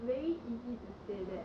vey easy to say that